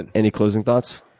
and any closing thoughts?